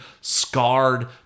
scarred